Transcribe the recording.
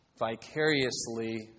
vicariously